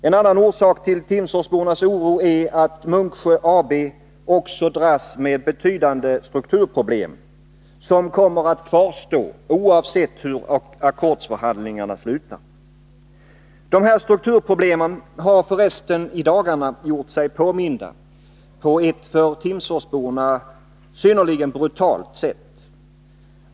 En annan orsak till timsforsbornas oro är att Munksjö AB också dras med betydande strukturproblem, som kommer att kvarstå oavsett hur ackordsförhandlingarna slutar. Dessa strukturproblem har förresten i dagarna gjort sig påminda på ett för timsforsborna synnerligen brutalt sätt.